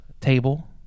table